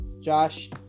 josh